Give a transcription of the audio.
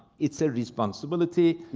it's a responsibility